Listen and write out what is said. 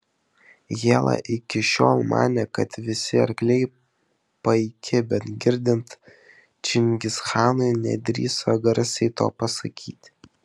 hela iki šiol manė kad visi arkliai paiki bet girdint čingischanui nedrįso garsiai to pasakyti